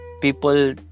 people